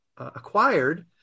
acquired